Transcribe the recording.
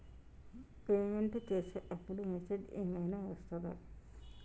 Payment చేసే అప్పుడు message ఏం ఐనా వస్తదా?